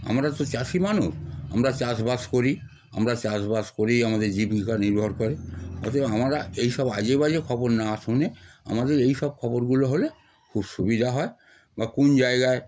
আমরা তো চাষি মানুষ আমরা চাষবাস করি আমরা চাষবাস করেই আমাদের জীবিকা নির্ভর করে অতএব আমরা এইসব আজেবাজে খবর না শুনে আমাদের এইসব খবরগুলো হলে খুব সুবিধা হয় বা কোন জায়গায়